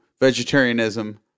vegetarianism